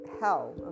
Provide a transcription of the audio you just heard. hell